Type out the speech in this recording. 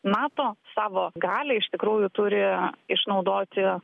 nato savo galią iš tikrųjų turi išnaudoti